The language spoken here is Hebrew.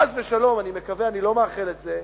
חס ושלום, אני מקווה, אני לא מאחל את זה,